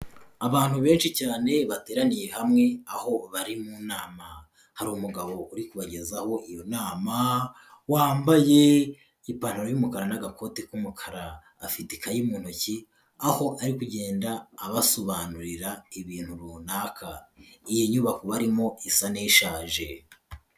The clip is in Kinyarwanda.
Abantu benshi cyane bateraniye hamwe aho bari mu nama, hari umugabo uri kubagezaho iyo nama, wambayeipantaro y'umukara n' agakote k'umukara, afite ikayi mu ntoki aho ari kugenda abasobanurira ibintu runaka, iyi nyubako barimo isa n'ishaje.